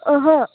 ओहो